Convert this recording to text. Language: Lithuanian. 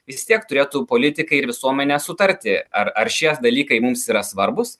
vis tiek turėtų politikai ir visuomenė sutarti ar ar šie dalykai mums yra svarbūs